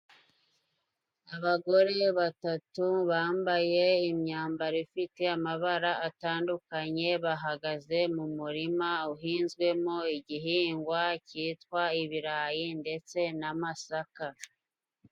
Abagore batatu bambaye imyambaro ifite amabara atandukanye bahagaze mu murima uhinzwemo igihingwa cyitwa ibirayi ndetse n'amasaka.